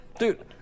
Dude